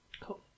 cool